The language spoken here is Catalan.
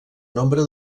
nombre